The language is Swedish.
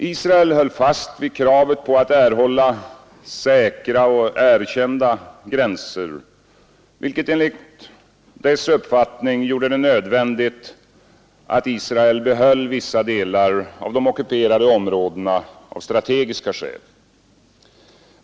Israel höll fast vid kravet på att erhålla ”säkra och erkända” gränser, vilket enligt dess uppfattning gjorde det nödvändigt att det behöll vissa delar av de ockuperade områdena av strategiska skäl.